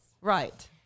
Right